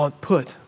put